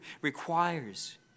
requires